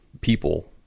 people